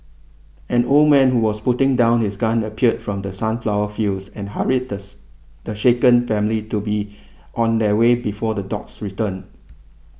an old man who was putting down his gun appeared from the sunflower fields and hurried the the shaken family to be on their way before the dogs return